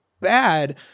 bad